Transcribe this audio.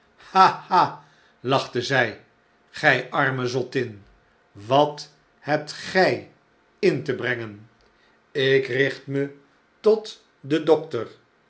lachte zij gy arme zottin wat w het einde van het beeiwerk hebt go in te brengen ik richt me tot den dokter